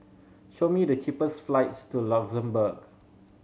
show me the cheapest flights to Luxembourg